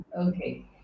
Okay